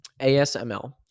ASML